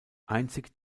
einzig